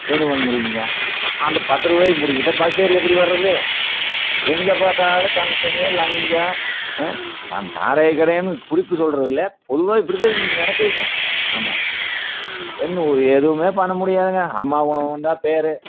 என்ன பண்ண முடியும்க அந்த பத்து ரூபாயும் பிடிங்கிட்டா பஸ்ஸு ஏறி எப்படி வர்றது எங்கே பார்த்தாலும் கமிஷனு லஞ்சம் ம் நம்ம சாராய கடைன்னு குறிப்பு சொல்லுறது இல்லை பொதுவாக இப்படி தான் இங்கே நடக்குதுங்க ஆமாம் என்ன எதுவுமே பண்ண முடியாதுங்க அம்மா உணவகம்னு தான் பேர்